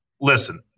Listen